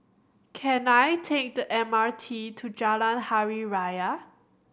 can I take the M R T to Jalan Hari Raya